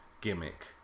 gimmick